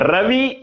Ravi